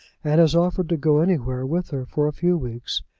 and has offered to go anywhere with her for a few weeks.